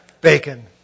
bacon